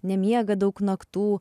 nemiega daug naktų